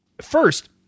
first